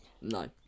No